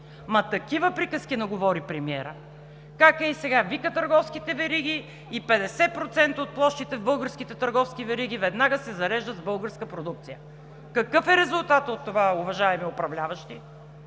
такива приказки наговори премиерът: как ей сега вика търговските вериги и 50% от площите в българските търговски вериги веднага се зареждат с българска продукция. Какъв е резултатът от това, уважаеми управляващи?